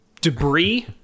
debris